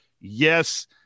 Yes